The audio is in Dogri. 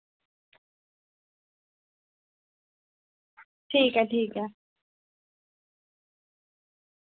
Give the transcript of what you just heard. ठीक ऐ ठीक ऐ